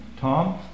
Tom